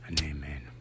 Amen